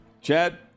Chad